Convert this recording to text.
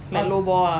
like low ball ah